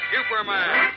Superman